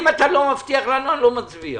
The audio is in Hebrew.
אם אתה לא מבטיח לנו, אני לא מצביע.